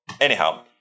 Anyhow